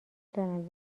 دارم